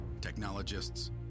technologists